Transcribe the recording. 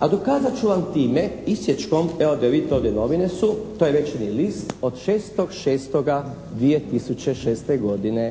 A dokazat ću vam time, isječkom, evo da vidite, ovdje novine su, to je "Večernji list" od 6.6.2006. godine.